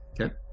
Okay